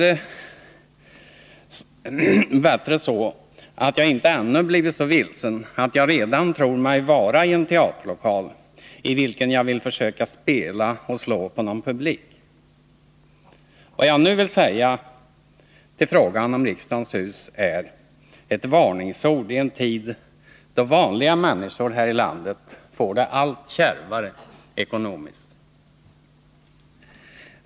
Dess bättre har jag ännu inte blivit så vilsen att jag redan tror mig vara i en teaterlokal, i vilken jag vill försöka spela och slå an på en publik. Vad jag nu vill säga i frågan om riksdagens hus är ett varningsord i en tid då vanliga människor här i landet får det allt kärvare ekonomiskt.